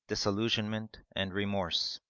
disillusionment, and remorse.